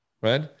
Right